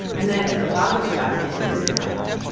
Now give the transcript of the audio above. and then at the bottom of the document is this paragraph.